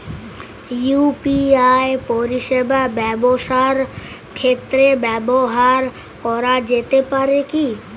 UPI পরিষেবা ব্যবসার ক্ষেত্রে ব্যবহার করা যেতে পারে কি?